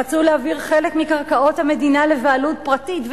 רצו להעביר חלק מקרקעות המדינה לבעלות פרטית,